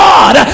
God